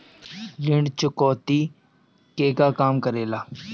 ऋण चुकौती केगा काम करेले?